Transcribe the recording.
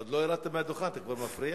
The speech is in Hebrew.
עוד לא ירדת מהדוכן, אתה כבר מפריע?